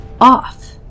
off